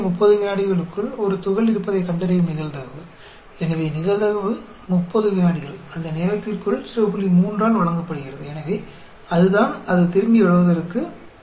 probability है कि हम काउंटर शुरू करने के 30 सेकंड के भीतर एक कण का पता लगाते हैं तो प्रोबेबिलिटी 30 सेकंड उस समय के भीतर 03 से दी जाती है